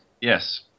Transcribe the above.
Yes